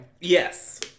Yes